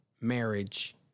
marriage